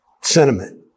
sentiment